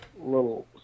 little